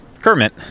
Kermit